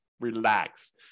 relax